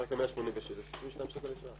לחלק ל-186 זה 32 שקל לשעה.